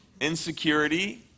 Insecurity